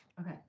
Okay